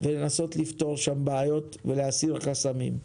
ולנסות לפתור שם בעיות ולהסיר חסמים.